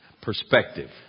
Perspective